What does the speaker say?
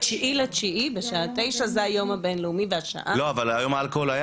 היום הבינלאומי לאלכוהול.